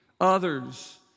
others